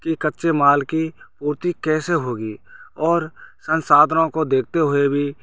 की कच्चे माल की पूर्ति कैसे होगी और संसाधनों को देखते हुए भी